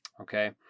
Okay